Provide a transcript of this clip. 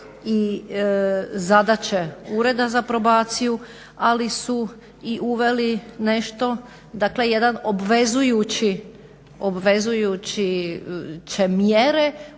i zadaće Ureda za probaciju, ali su i uveli nešto, dakle jedan obvezujuće mjere